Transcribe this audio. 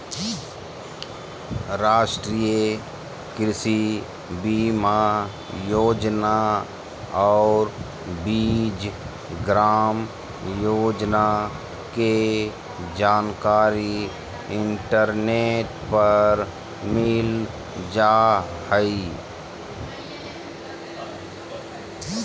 राष्ट्रीय कृषि बीमा योजना और बीज ग्राम योजना के जानकारी इंटरनेट पर मिल जा हइ